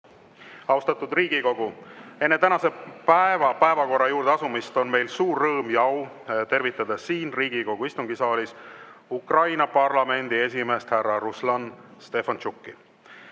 Austatud Riigikogu! Enne tänase päeva päevakorra juurde asumist on meil suur rõõm ja au tervitada siin Riigikogu istungisaalis Ukraina parlamendi esimeest härra Ruslan Stefantšuki.